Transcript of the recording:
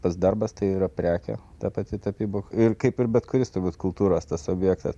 tas darbas tai yra prekė ta pati tapyba ir kaip ir bet kuris turbūt kultūros tas objektas